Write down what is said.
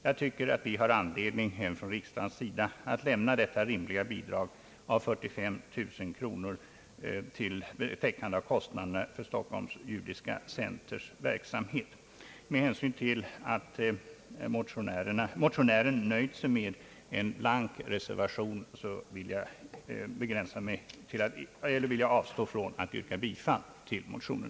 Jag tycker att vi har anledning även från riksdagens sida att lämna detta rimliga bidrag av 45 000 kronor till täckande av kostnaderna för Stockholms Judiska Centers verksamhet. Med hänsyn till att motionären nöjt sig med en blank reservation avstår jag från att yrka bifall till motionen.